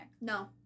No